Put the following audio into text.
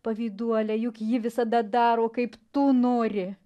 pavyduole juk ji visada daro kaip tu nori